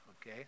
okay